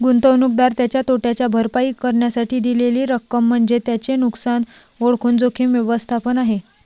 गुंतवणूकदार त्याच्या तोट्याची भरपाई करण्यासाठी दिलेली रक्कम म्हणजे त्याचे नुकसान ओळखून जोखीम व्यवस्थापन आहे